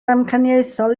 damcaniaethol